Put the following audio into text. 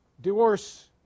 divorce